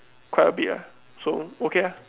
quite a bit ah so okay ah